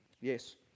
Yes